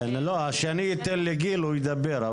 כשאני אתן לגיל לדבר, הוא ידבר.